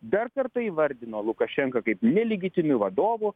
dar kartą įvardino lukašenką kaip nelegitimiu vadovu